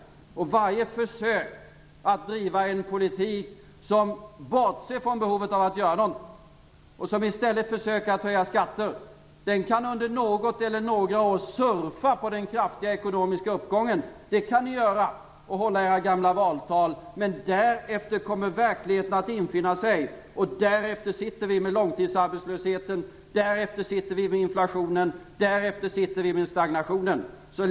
Varje försök att driva en politik som bortser från behovet att göra något och i stället försöker höja skatter, kan under något eller några år surfa på den kraftiga ekonomiska uppgången. Ni kan göra det och hålla era gamla valtal. Men därefter kommer verkligheten att infinna sig. Därefter sitter vi med långtidsarbetslösheten, inflationen och stagnationen.